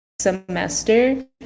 semester